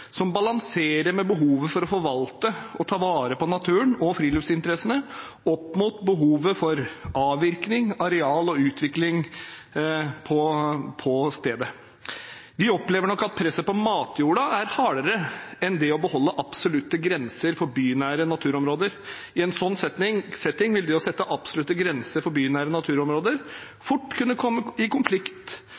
som balanserer behovet for å forvalte og ta vare på naturen og friluftsinteressene opp mot behovet for avvirkning, areal og utvikling på stedet. Vi opplever nok at presset på matjorda er hardere enn på det å beholde absolutte grenser for bynære naturområder. I en sånn setting vil det å sette absolutte grenser for bynære naturområder fort kunne komme i konflikt